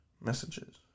Messages